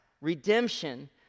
Redemption